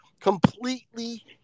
completely